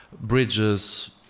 bridges